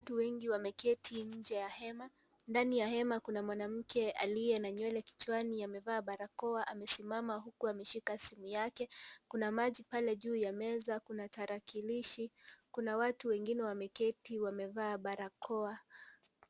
Watu wengi wameketi nje ya hema, ndani ya hema kuna mwanamke aliye na nywele kichwani, amevaa barakoa, amesimama huku akishika simu yake. Kuna maji pale juu ya meza, kuna tarakilishi, kuna watu wengine wameketi wamevaa barakoa.